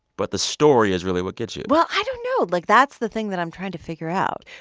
but the story is really what gets you well, i don't know. like, that's the thing that i'm trying to figure out.